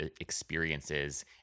experiences